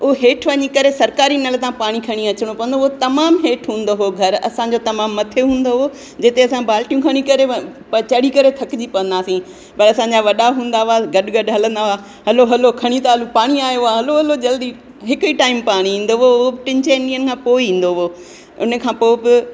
उहो हेठि वञी करे सरकारी नल तां पाणी खणी अचणो पवंदो हो उहो तमामु हेठि हूंदो हो घरु असांजो तमामु मथे हूंदो हो जिते असां बाल्टियूं खणी करे चढ़ी करे थकिजी पवंदा हुआसीं त असांजा वॾा हूंदा हुआ गॾु गॾु हलंदा हुआ हलो हलो खणी था हलूं पाणी आयो आहे हलो हलो जल्दी हिकु ई टाइम पाणी ईंदो हुओ टिनि चइनि ॾींहनि खां पोइ ईंदो हुओ उन खां पोइ बि